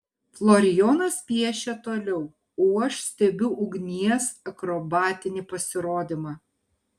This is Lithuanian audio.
florijonas piešia toliau o aš stebiu ugnies akrobatinį pasirodymą